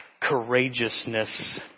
courageousness